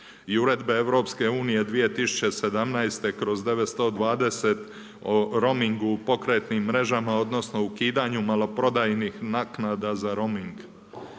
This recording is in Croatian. i Uredbe Eu 2017/920 o roamingu u pokretnim mrežama odnosno ukidanju maloprodajnih naknada za roaming,